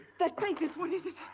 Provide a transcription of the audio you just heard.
that faintness, what is it!